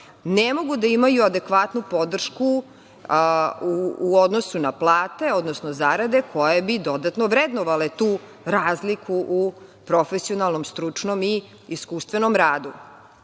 ne mogu da imaju adekvatnu podršku u odnosu na plate, odnosno zarade koje bi dodatno vrednovale tu razliku u profesionalnom, stručnom i iskustvenom radu. To